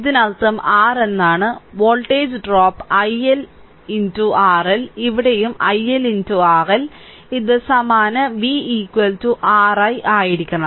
ഇതിനർത്ഥം r എന്നാണ് voltage drop i iL RL ഇവിടെയും iL RL ഇത് സമാന v r i ആയിരിക്കണം